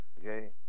okay